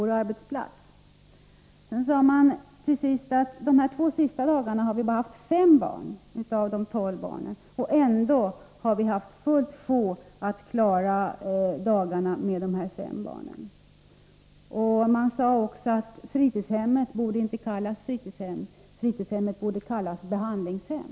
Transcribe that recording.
Under de senaste två dagarna hade bara 5 av de 12 barnen varit på fritidshemmet, men man hade ändå haft fullt sjå med att klara arbetet. Fritidshemmet borde inte, som man sade, kallas fritidshem, utan behandlingshem.